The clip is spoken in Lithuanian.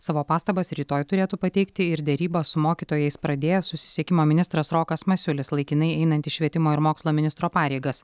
savo pastabas rytoj turėtų pateikti ir derybas su mokytojais pradėjęs susisiekimo ministras rokas masiulis laikinai einantis švietimo ir mokslo ministro pareigas